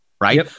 right